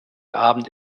abend